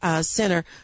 Center